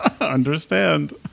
Understand